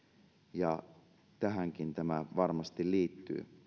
ja tähänkin tämä varmasti liittyy